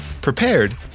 prepared